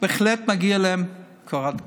בהחלט מגיעה להם קורת גג.